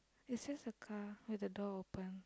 it says a car with the door open